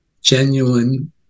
genuine